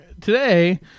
today